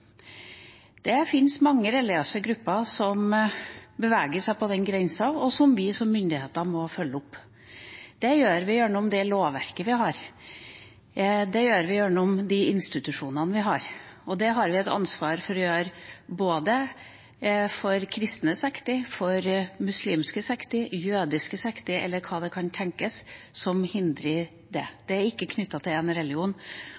Det finnes mange religiøse grupper som beveger seg på den grensen, og som vi som myndigheter må følge opp. Det gjør vi gjennom det lovverket vi har, det gjør vi gjennom de institusjonene vi har, og det har vi et ansvar for å gjøre for både kristne sekter, muslimske sekter, jødiske sekter eller hva det kan tenkes som hindrer